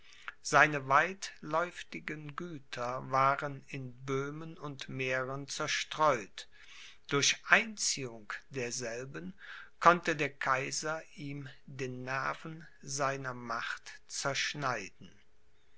seine weitläuftigen güter waren in böhmen und mähren zerstreut durch einziehung derselben konnte der kaiser ihm den nerven seiner macht zerschneiden